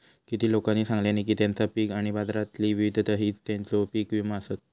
किती लोकांनी सांगल्यानी की तेंचा पीक आणि बाजारातली विविधता हीच तेंचो पीक विमो आसत